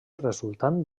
resultant